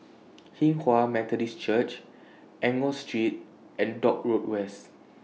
Hinghwa Methodist Church Enggor Street and Dock Road West